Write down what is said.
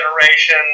generation